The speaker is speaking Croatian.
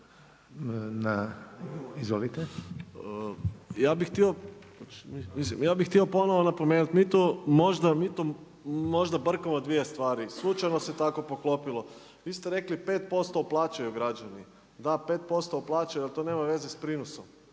ja bih htio ponovno napomenuti, mi to možda, mi to možda brkamo dvije stvari. Slučajno se tako poklopilo. Vi ste rekli 5% plaćaju građani. Da 5% plaćaju ali to nema veze s prinosom,